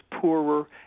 poorer